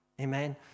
Amen